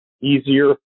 easier